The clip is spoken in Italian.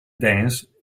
dance